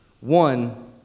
One